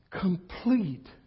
complete